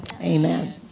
Amen